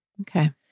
Okay